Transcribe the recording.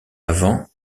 avant